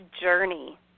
journey